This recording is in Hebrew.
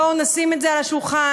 ובואו נשים את זה על השולחן: